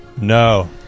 No